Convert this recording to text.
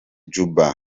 juba